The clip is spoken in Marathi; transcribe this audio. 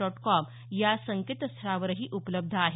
डॉट कॉम या संकेतस्थळावरही उपलब्ध आहे